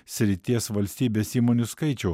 srities valstybės įmonių skaičių